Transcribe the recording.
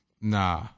Nah